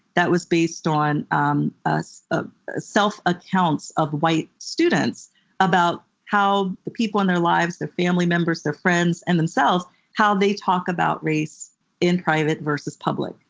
that was based on um ah self accounts of white students about how the people in their lives their family members, their friends, and themselves how they talk about race in private versus public,